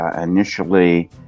initially